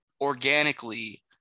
organically